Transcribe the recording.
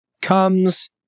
comes